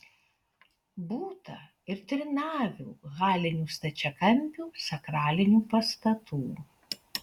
būta ir trinavių halinių stačiakampių sakralinių pastatų